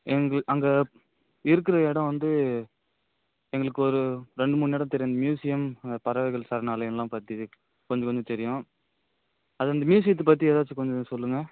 எங்களுக்கு அங்கே இருக்கிற இடம் வந்து எங்களுக்கு ஒரு ரெண்டு மூணு இடம் தெரியும் அந்த மியூஸியம் பறவைகள் சரணாலயம்லாம் பற்றி கொஞ்ச கொஞ்ச தெரியும் அது வந்து மியூஸியத்தை பற்றி ஏதாச்சும் கொஞ்சம் சொல்லுங்கள்